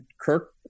Kirk